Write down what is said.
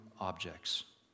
objects